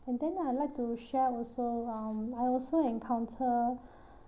and then I'd like to share also um I also encounter